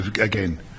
again